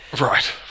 Right